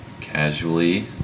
casually